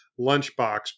Lunchbox